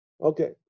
Okay